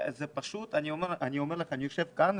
אני אומר לך שאני יושב כאן,